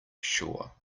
shore